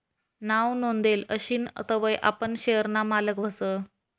नाव नोंदेल आशीन तवय आपण शेयर ना मालक व्हस